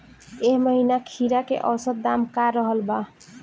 एह महीना खीरा के औसत दाम का रहल बा?